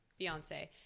beyonce